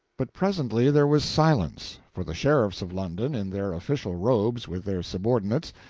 but presently there was silence for the sheriffs of london, in their official robes, with their subordinates,